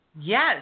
Yes